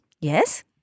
Yes